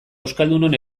euskaldunon